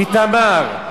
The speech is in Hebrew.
איתמר,